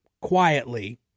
quietly